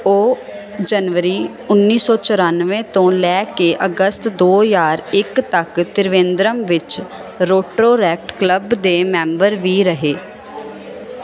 ਉਹ ਜਨਵਰੀ ਉੱਨੀ ਸੌ ਚੁਰਾਨਵੇਂ ਤੋਂ ਲੈ ਕੇ ਅਗਸਤ ਦੋ ਹਜ਼ਾਰ ਇੱਕ ਤੱਕ ਤ੍ਰਿਵੇਂਦਰਮ ਵਿੱਚ ਰੋਟੋਰੈਕਟ ਕਲੱਬ ਦੇ ਮੈਂਬਰ ਵੀ ਰਹੇ